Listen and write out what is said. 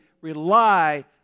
rely